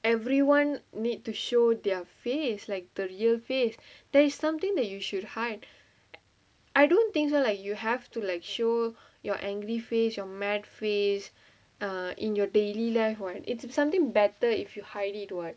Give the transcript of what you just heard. everyone need to show their face like the real face there is something that you should hide I don't think so like you have to like show you're angry face you're mad face err in your daily life what it it's something better if you hide it [what]